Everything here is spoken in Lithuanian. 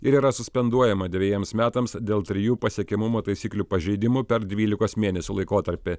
ir yra suspenduojama dvejiems metams dėl trijų pasiekiamumo taisyklių pažeidimų per dvylikos mėnesių laikotarpį